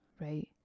right